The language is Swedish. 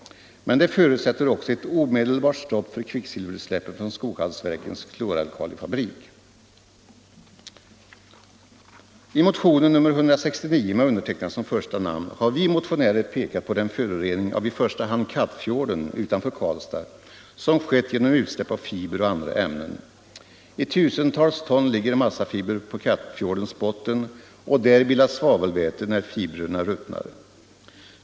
Men det förutsätter ett omedelbart stopp för kvicksilverutsläppen från Skoghallsverkens kloralkalifabrik. I motionen 169 med mitt namn som det första har vi motionärer pekat på den förorening av i första hand Kattfjorden utanför Karlstad som skett genom utsläpp av fiber och andra ämnen. I tusentals ton ligger massafiber på Kattfjordens botten, och där bildas svavelväte när fibrerna ruttnar.